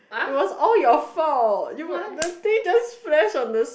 !huh! was